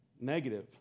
negative